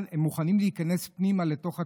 הם מוכנים להיכנס פנימה לתוך התקנים,